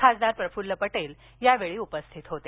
खासदार प्रफुल पटेल हेही यावेळी उपस्थित होते